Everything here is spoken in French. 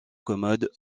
commodes